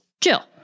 Jill